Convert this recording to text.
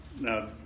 now